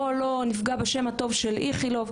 בוא לא נפגע בשום הטוב של איכילוב',